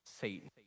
Satan